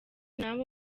n’aho